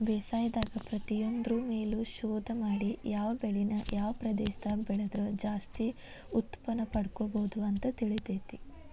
ಬೇಸಾಯದಾಗ ಪ್ರತಿಯೊಂದ್ರು ಮೇಲು ಶೋಧ ಮಾಡಿ ಯಾವ ಬೆಳಿನ ಯಾವ ಪ್ರದೇಶದಾಗ ಬೆಳದ್ರ ಜಾಸ್ತಿ ಉತ್ಪನ್ನಪಡ್ಕೋಬೋದು ಅಂತ ತಿಳಿತೇತಿ